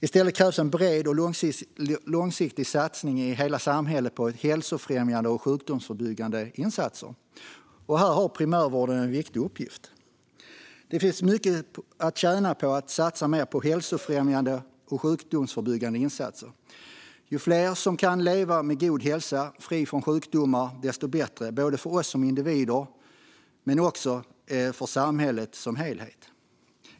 I stället krävs en bred och långsiktig satsning i hela samhället på hälsofrämjande och sjukdomsförebyggande insatser. Här har primärvården en viktig uppgift. Det finns mycket att tjäna på att satsa mer på hälsofrämjande och sjukdomsförebyggande insatser. Ju fler som kan leva med god hälsa, fria från sjukdomar, desto bättre både för oss som individer och för samhället som helhet.